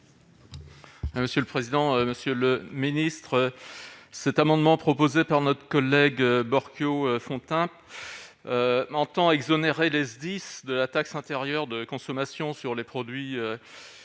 Monsieur le président, monsieur le ministre, cet amendement proposé par notre collègue Bormio Fontan entend exonérer les SDIS de la taxe intérieure de consommation sur les produits énergétiques,